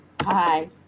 Hi